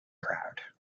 crowd